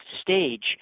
stage